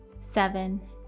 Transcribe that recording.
seven